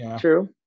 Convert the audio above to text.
true